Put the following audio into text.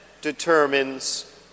determines